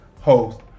host